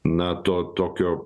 na to tokio